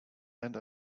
and